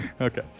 Okay